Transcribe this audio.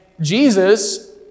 Jesus